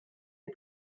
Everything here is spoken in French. les